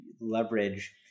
leverage